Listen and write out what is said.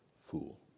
fool